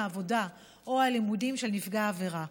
העבודה או הלימודים של נפגע העבירה.